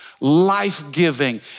life-giving